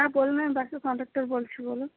হ্যাঁ বললাম বাসের কন্ডাক্টর বলছি বলুন